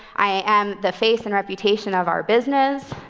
i am the face and reputation of our business.